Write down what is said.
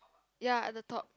ya at the top